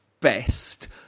best